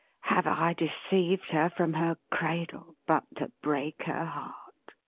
have i deceived her from her cradle, but to break her heart!